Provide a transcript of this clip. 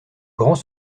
grands